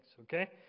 okay